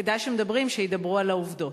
כדאי שכשמדברים, ידברו על העובדות.